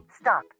Stop